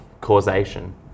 causation